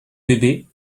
bébé